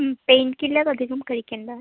pain killer അധികം കഴിക്കണ്ട